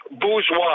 bourgeois